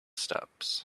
steps